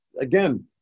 again